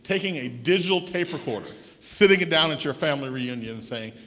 taking a digital tape recorder, sitting and down at your family reunion saying,